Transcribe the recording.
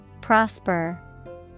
Prosper